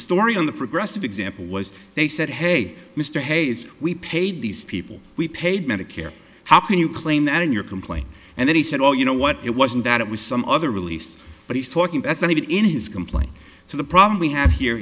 story on the progressive example was they said hey mr hayes we paid these people we paid medicare how can you claim that in your complaint and then he said well you know what it wasn't that it was some other release but he's talking that's not even in his complaint so the problem we have here